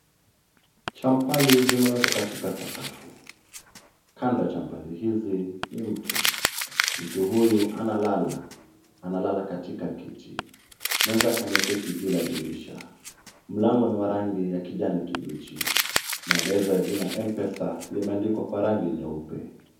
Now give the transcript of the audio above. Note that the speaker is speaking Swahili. Champali zimewekwa katika sakafu. Kando ya champali hizi ni mtu. Mtu huyu analala. Analala katika kiti. Mwenzake ameketi juu la dirisha. Mlango ni wa rangi ya kijani kibichi. Maelezo ya jina M-pesa limeandikwa kwa rangi nyeupe.